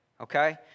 Okay